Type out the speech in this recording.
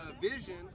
vision